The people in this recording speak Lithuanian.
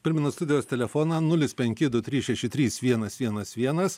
primenu studijos telefoną nulis penki du trys šeši trys vienas vienas vienas